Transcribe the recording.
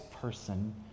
person